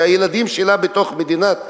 שהילדים שלה בתוך מדינת ישראל?